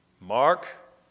Mark